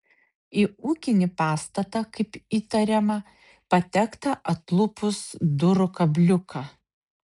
į ūkinį pastatą kaip įtariama patekta atlupus durų kabliuką